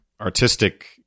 artistic